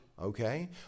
Okay